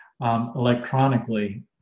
electronically